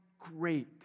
great